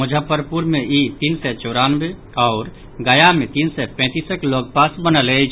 मुजफ्फरपुर मे ई तीन सय चौरानवे आओर गया मे तीन सय पैंतीसक लऽग पास बनल अछि